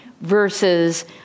versus